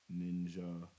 Ninja